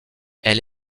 elle